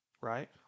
right